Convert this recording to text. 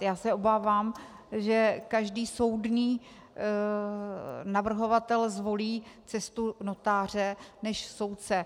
Já se obávám, že každý soudný navrhovatel zvolí cestu notáře než soudce.